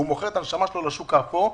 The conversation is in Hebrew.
הוא מוכר את הנשמה שלו לשוק האפור.